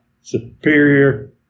Superior